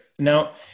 Now